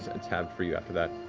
it's halved for you after that.